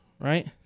right